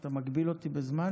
אתה מגביל אותי בזמן?